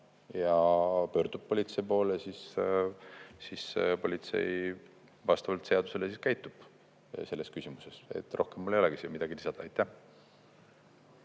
ja pöördub politsei poole, siis politsei vastavalt seadusele käitub selles küsimuses. Rohkem mul ei olegi siin midagi lisada. Aitäh!